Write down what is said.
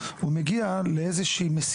הוא מגיע למסיבה,